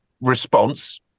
response